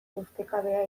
ustekabea